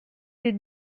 des